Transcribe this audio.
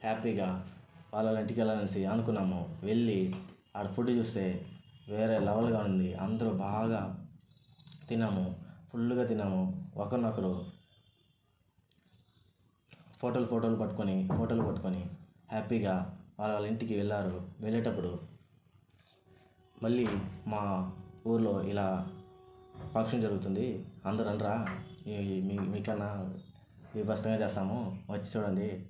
హ్యాపీగా వాళ్ళ వాళ్ళ ఇంటికి వెళ్ళాలి అనేసి అనుకున్నాము వెళ్లి ఆడ ఫుడ్డు చూస్తే వేరే లెవెల్గా ఉంది అందరూ బాగా తిన్నాము ఫుల్గా తిన్నాము ఒకరినొకరు ఫోటోలు ఫోటోలు పట్టుకొని ఫోటోలు పట్టుకొని హ్యాపీగా వాళ్ళ వాళ్ళ ఇంటికి వెళ్లారు వెళ్లేటప్పుడు మళ్లీ మా ఊర్లో ఇలా ఫంక్షన్ జరుగుతుంది అందరూ రండిరా మీ మీ కన్నా బీభత్సంగా చేస్తాము వచ్చి చూడండి